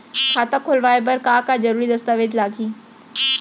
खाता खोलवाय बर का का जरूरी दस्तावेज लागही?